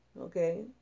okay